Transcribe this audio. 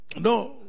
No